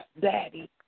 Daddy